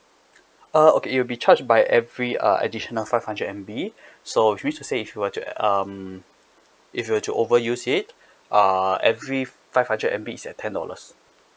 uh okay it'll be charged by every a additional five hundred M_B so in which to say if you were to um if you were to overuse it uh every five hundred M_B is at ten dollars